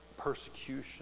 persecution